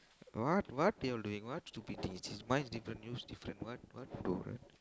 what what you all doing what stupid thing is this mine is different yours different what what do the